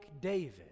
David